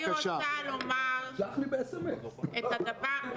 אני רוצה לומר את הדבר הבא